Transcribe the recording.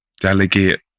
delegate